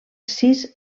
sis